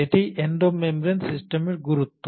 এটিই endomembrane সিস্টেমের গুরুত্ব